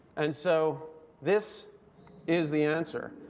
and so this is the answer.